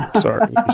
sorry